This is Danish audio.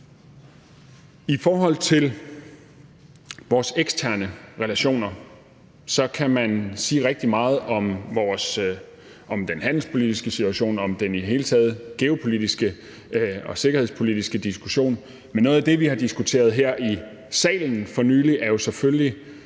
I forhold til vores eksterne relationer kan man sige rigtig meget om den handelspolitiske situation og i det hele taget om den geopolitiske og sikkerhedspolitiske diskussion. Men noget af det, vi har diskuteret her i salen for nylig, er selvfølgelig